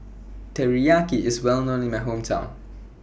Teriyaki IS Well known in My Hometown